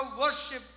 worship